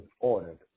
ordered